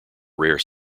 rare